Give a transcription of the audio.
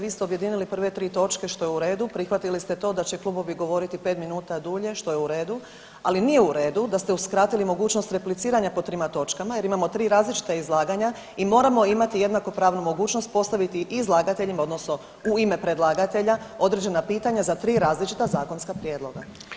Vi ste objedinili prve 3 točke, što je u redu, prihvatili ste to da će klubovi govoriti 5 minuta dulje, što je u redu, ali nije u redu da ste uskratili mogućnost repliciranja po trima točkama jer imamo 3 različita izlaganja i moramo imati jednakopravnu mogućnost postaviti i izlagateljima, odnosno u ime predlagatelja određena pitanja za 3 različita zakonska prijedloga.